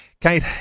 Kate